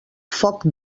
foc